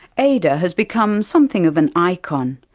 ada has become something of an icon,